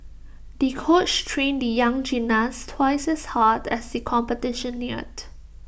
the coach trained the young gymnast twice as hard as the competition neared